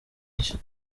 nshya